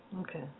Okay